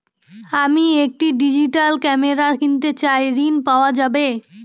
আমি একটি digital camera কিনতে চাই ঝণ পাওয়া যাবে?